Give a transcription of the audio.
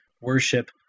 worship